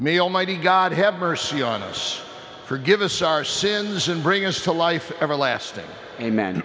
almighty god have mercy on us forgive us our sins and bring us to life everlasting amen